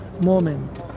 moment